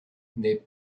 n’est